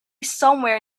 somewhere